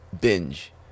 binge